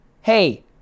hey